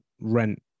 rent